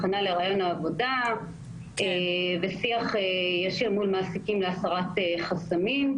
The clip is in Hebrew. הכנה לריאיון עבודה ושיח ישיר מול מעסיקים להסרת חסמים.